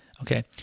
Okay